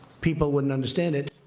people wouldn't understand it.